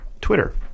Twitter